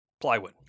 plywood